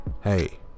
Hey